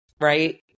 right